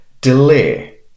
delay